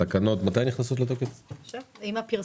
התקנות נכנסות לתוקף עם הפרסום.